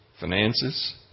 Finances